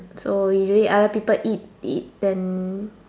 so easily other people eat eat then